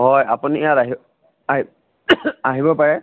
হয় আপুনি ইয়াত আহি আহি আহিব পাৰে